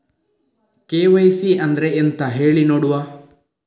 KYC ಅಂದ್ರೆ ಎಂತ ಹೇಳಿ ನೋಡುವ?